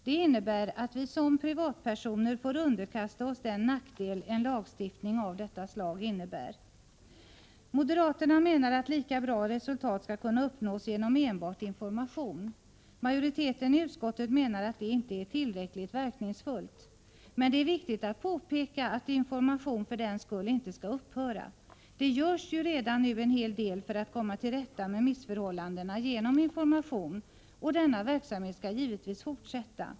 Det innebär att vi som privatpersoner får underkasta oss den nackdel en lagstiftning av detta slag innebär. Moderaterna menar att lika bra resultat skall kunna uppnås genom enbart information. Majoriteten i utskottet menar att det inte är tillräckligt verkningsfullt. Men det är viktigt att påpeka att information för den skull inte skall upphöra. Det görs ju redan nu en hel del för att genom information — Nr 134 komma till rätta med missförhållandena, och denna verksamhet skall givetvis Torsdagen den fortsätta.